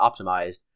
optimized